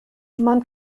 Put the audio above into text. man